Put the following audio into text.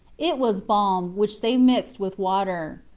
it was balm, which they mixed with water.